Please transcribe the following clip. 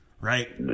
right